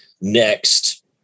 next